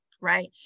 right